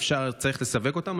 צריך לסווג אותם,